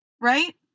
right